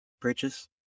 purchase